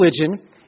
religion